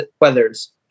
weathers